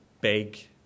big